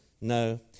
No